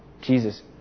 Jesus